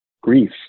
grief